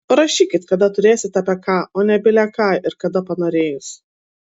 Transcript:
parašykit kada turėsit apie ką o ne bile ką ir kada panorėjus